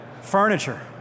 Furniture